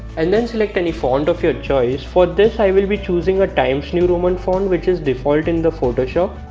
and then select any font of your choice for this i will be choosing a times new roman font which is default in the photoshop